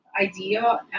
idea